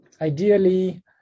ideally